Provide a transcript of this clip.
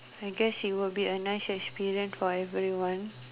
I guess it will be a nice experience for everyone